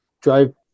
drive